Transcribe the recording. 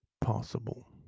possible